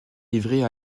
livrée